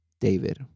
David